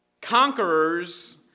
conquerors